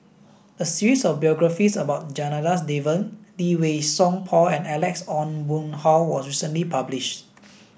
a series of biographies about Janadas Devan Lee Wei Song Paul and Alex Ong Boon Hau was recently published